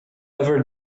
ever